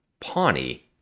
Pawnee